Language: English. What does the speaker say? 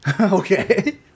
Okay